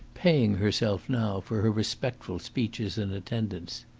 paying herself now for her respectful speeches and attendance.